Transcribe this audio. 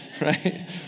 right